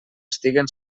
estiguen